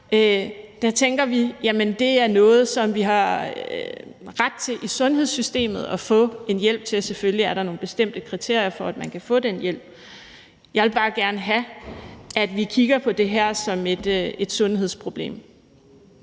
Der tænker vi: Jamen det er noget, som vi har ret til i sundhedssystemet at få hjælp til. Selvfølgelig er der nogle bestemte kriterier, for at man kan få den hjælp. Jeg vil bare gerne have, at vi kigger på det her som et sundhedsproblem.